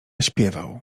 śpiewał